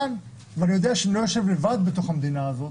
ואני יודע שאני לא יושב לבד בתוך המדינה הזאת,